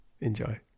enjoy